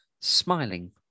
smiling